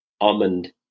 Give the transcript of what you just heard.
Almond